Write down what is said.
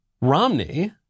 Romney